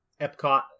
Epcot